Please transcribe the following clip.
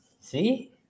see